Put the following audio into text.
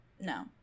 no